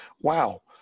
Wow